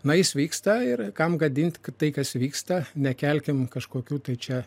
na jis vyksta ir kam gadint tai kas vyksta nekelkim kažkokių tai čia